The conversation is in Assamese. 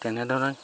তেনেধৰণে